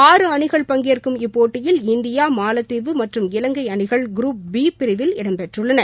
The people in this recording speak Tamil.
ஆறு அணிகள் பங்கேற்கும் இப்போட்டியில் இந்தியா மாலத்தீவு மற்றும் இவங்கை அணிகள் குருப் பி பிரிவில் இடம்பெற்றுள்ளன